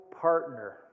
partner